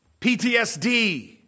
PTSD